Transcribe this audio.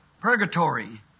purgatory